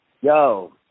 Yo